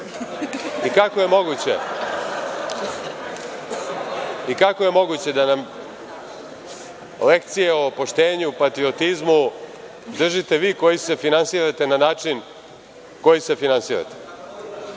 Kako je moguće da nam lekcije o poštenju, o patriotizmu držite vi koji se finansirate na način koji se finansirate. Kažite